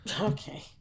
okay